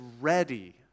ready